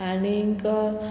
आणीक